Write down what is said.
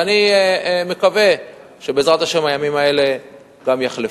ואני מקווה שבעזרת השם הימים האלה גם יחלפו.